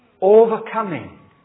overcoming